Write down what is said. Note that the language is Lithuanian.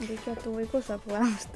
reikėtų vaikus apklaust